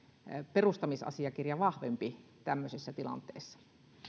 perustamisasiakirja vahvempi tämmöisessä tilanteessa